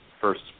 first –